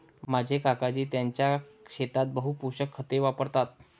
माझे काकाजी त्यांच्या शेतात बहु पोषक खते वापरतात